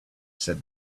said